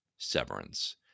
Severance